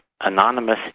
anonymous